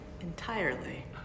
entirely